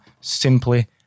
simply